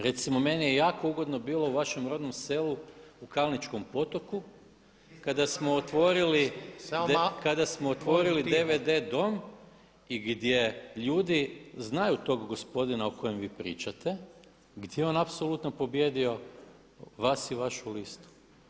Recimo meni je jako ugodno bilo u vašem rodnom selu u Kalničkom Potoku kada smo otvorili DVD dom i gdje ljudi znaju tog gospodina o kojem vi pričate gdje je on apsolutno pobijedio vas i vašu listu.